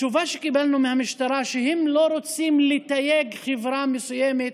התשובה שקיבלנו מהמשטרה היא שהם לא רוצים לתייג חברה מסוימת